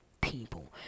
people